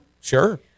sure